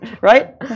right